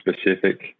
specific